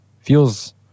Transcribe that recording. feels